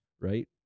right